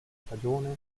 stagione